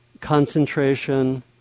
concentration